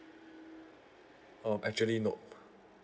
um actually nope